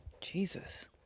Jesus